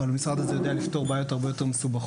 אבל המשרד הזה יודע לפתור בעיות הרבה יותר מסובכות.